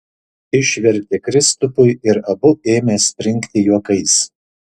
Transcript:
išvertė kristupui ir abu ėmė springti juokais